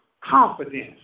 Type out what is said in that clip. confidence